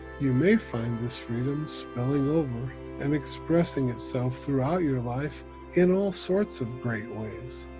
you may find this freedom spilling over and expressing itself throughout your life in all sorts of great ways.